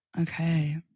Okay